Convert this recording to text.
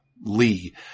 Lee